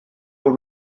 will